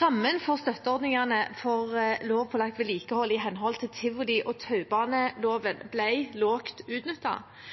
Rammen for støtteordningene for lovpålagt vedlikehold i henhold til tivoliloven og taubaneloven ble lavt utnyttet.